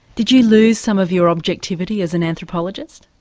did you lose some of your objectivity as an anthropologist?